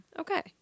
Okay